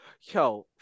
yo